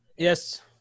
Yes